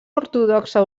ortodoxa